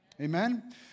Amen